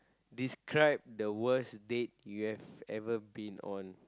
describe the worst date you've ever been on